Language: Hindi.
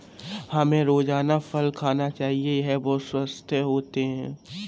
हमें रोजाना फल खाना चाहिए, यह बहुत स्वस्थ है